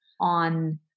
on